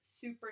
super